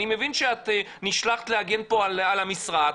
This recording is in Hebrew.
אני מבין שאת נשלחת להגן פה על המשרד,